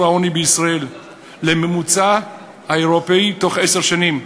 העוני בישראל לממוצע האירופי תוך עשר שנים.